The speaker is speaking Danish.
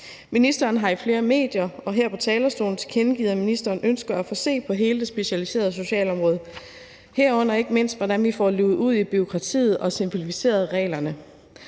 Ministeren har i flere medier og her på talerstolen tilkendegivet, at ministeren ønsker at få set på hele det specialiserede socialområde, herunder ikke mindst hvordan vi får luget ud i bureaukratiet og simplificeret reglerne.